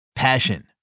Passion